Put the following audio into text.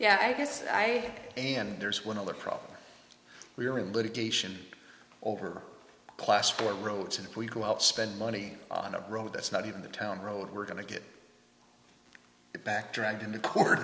yeah i guess i and there's one other problem we're in litigation over class for roads and if we go out spend money on a road that's not even the town road we're going to get it back dragged into court